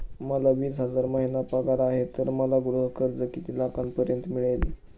मला वीस हजार महिना पगार आहे तर मला गृह कर्ज किती लाखांपर्यंत मिळेल?